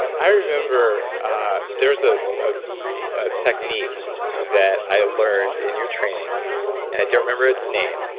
i remember ah there's ah ah a technique that i learned in your training and i don't remember its name,